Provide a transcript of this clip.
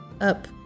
up